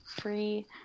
free